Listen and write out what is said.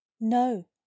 no